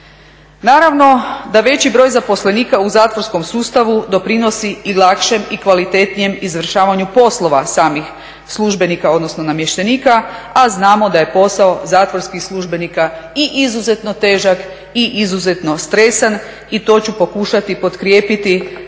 Naravno da veći broj zaposlenika u zatvorskom sustavu doprinosi i lakšem i kvalitetnijem izvršavanju poslova samih službenika, odnosno namještenika, a znamo da je posao zatvorskih službenika i izuzetno težak i izuzetno stresan i to ću pokušati potkrijepiti podacima